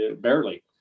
barely